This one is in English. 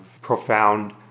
profound